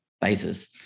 basis